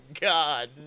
God